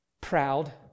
proud